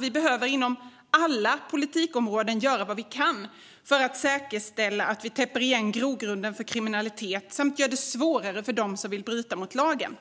Vi behöver inom alla politikområden göra vad vi kan för att säkerställa att vi täpper igen grogrunden för kriminalitet samt gör det svårare för dem som vill bryta mot lagen.